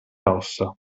ossa